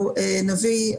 אנחנו שמענו מכורים,